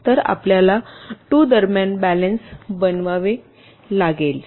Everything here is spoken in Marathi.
तर आपल्याला 2 दरम्यान बॅलन्स बनवावे लागेल